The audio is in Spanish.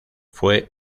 fue